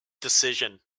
decision